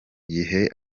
gihe